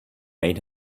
made